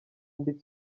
undi